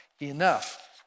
enough